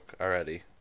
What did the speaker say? already